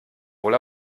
wohl